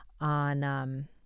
on